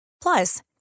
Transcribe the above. Plus